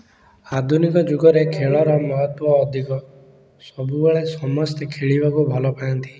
ଆଧୁନିକ ଯୁଗରେ ଖେଳର ମହତ୍ୱ ଅଧିକ ସବୁବେଳେ ସମସ୍ତେ ଖେଳିବାକୁ ଭଲପାଆନ୍ତି